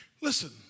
Listen